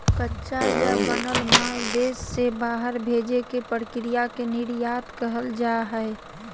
कच्चा या बनल माल देश से बाहर भेजे के प्रक्रिया के निर्यात कहल जा हय